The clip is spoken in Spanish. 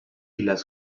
las